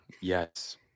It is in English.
Yes